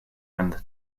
and